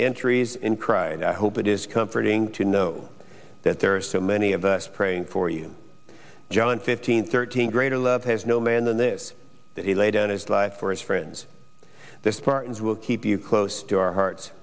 entries in cried i hope it is comforting to know that there are so many of us praying for you john fifteen thirteen greater love has no man than this that he lay down his life for his friends the spartans will keep you close to our hearts